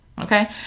okay